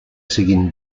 siguin